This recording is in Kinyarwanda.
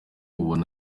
ubona